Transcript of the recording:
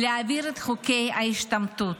להעביר את חוקי ההשתמטות.